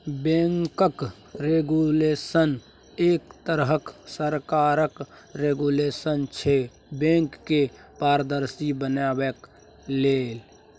बैंकक रेगुलेशन एक तरहक सरकारक रेगुलेशन छै बैंक केँ पारदर्शी बनेबाक लेल